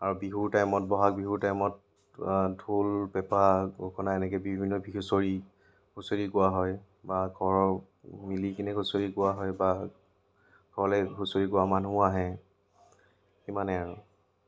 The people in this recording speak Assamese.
আৰু বিহুৰ টাইমত বহাগ বিহুৰ টাইমত ঢোল পেঁপা গগনা এনেকৈ বিভিন্ন হুঁচৰি হুঁচৰি গোৱা হয় বা ঘৰৰ মিলি কিনে হুঁচৰি গোৱা হয় বা ঘৰলৈ হুঁচৰি গোৱা মানুহো আহে সিমানেই আৰু